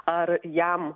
ar jam